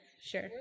Sure